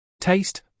taste